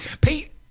Pete